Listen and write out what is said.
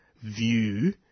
view